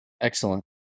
Excellent